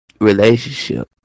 relationship